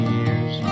years